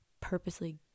purposely